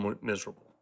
miserable